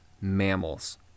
mammals